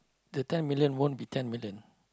the ten million won't be ten million